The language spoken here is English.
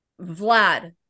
Vlad